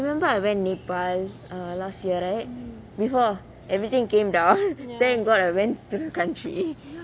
you remember I went nepal last year right before everything came down thank god I went to the country